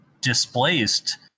displaced